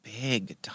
big